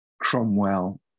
cromwell